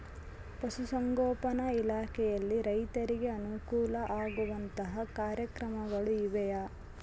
ಪಶುಸಂಗೋಪನಾ ಇಲಾಖೆಯಲ್ಲಿ ರೈತರಿಗೆ ಅನುಕೂಲ ಆಗುವಂತಹ ಕಾರ್ಯಕ್ರಮಗಳು ಇವೆಯಾ?